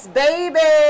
baby